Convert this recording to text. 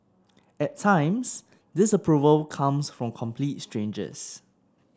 at times disapproval comes from complete strangers